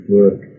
work